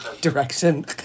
Direction